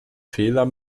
fehler